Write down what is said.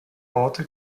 orte